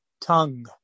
tongue